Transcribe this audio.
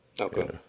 Okay